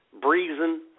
Breezing